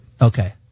Okay